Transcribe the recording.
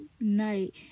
night